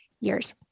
years